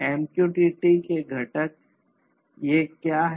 MQTT घटक ये घटक क्या हैं